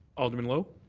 alderman lowe?